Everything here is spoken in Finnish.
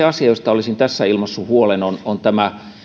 asia josta olisin tässä ilmaissut huolen on on se